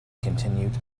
continued